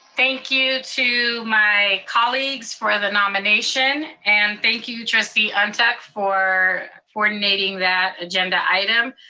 thank you to my colleagues for the nomination, and thank you trustee ah ntuk for coordinating that agenda item.